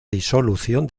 disolución